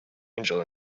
angel